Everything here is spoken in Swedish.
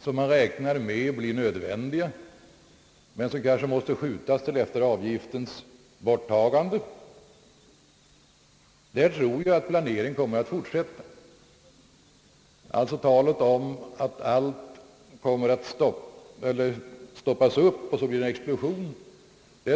som man räknar med blir nödvändiga men som kanske måste uppskjutas till dess avgiften är borta, tror jag att planeringen kommer att fortsätta. Talet om att allt kommer att stoppas upp och att det sedan blir en explosion är därför knappast hållbart.